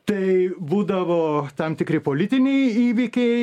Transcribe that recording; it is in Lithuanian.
tai būdavo tam tikri politiniai įvykiai